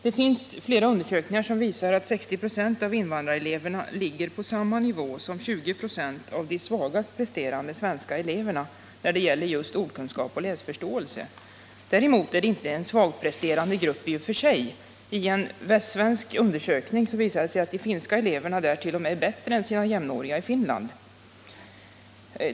Det finns flera undersökningar som visar att 60 26 av invandrareleverna ligger på samma nivå som de 20 26 svagast presterande svenska eleverna när det gäller just ordkunskap och läsförståelse. Däremot är de inte en svagpresterande grupp i och för sig. En västsvensk undersökning visadet.ex. att de finska eleverna t.o.m. var bättre än sina jämnåriga i Finland.